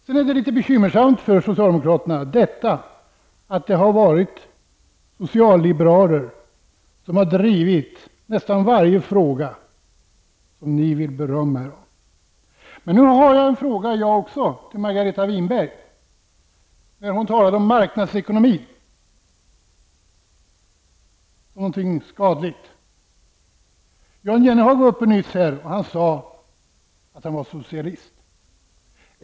Det är litet bekymmersamt för socialdemokraterna att det har varit socialliberaler som har drivit nästan varje fråga som socialdemokraterna vill berömma sig av. Också jag har en fråga till Margareta Winberg. Hon talade om marknadsekonomin som någonting skadligt. Jan Jennehag sade nyss att han var socialist.